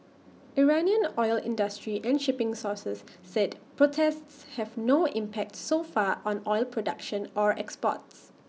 Iranian oil industry and shipping sources said protests have no impact so far on oil production or exports